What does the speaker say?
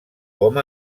com